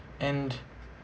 and